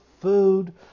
food